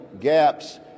gaps